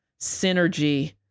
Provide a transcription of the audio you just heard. synergy